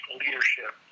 leadership